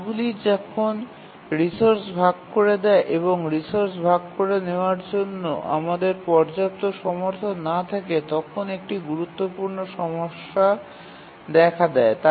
কাজগুলি যখন রিসোর্স ভাগ করে দেয় এবং রিসোর্স ভাগ করে নেওয়ার জন্য আমাদের পর্যাপ্ত সমর্থন না থাকে তখন একটি গুরুত্বপূর্ণ সমস্যা দেখা দেয়